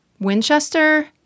Winchester